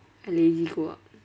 I lazy go out